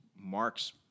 Mark's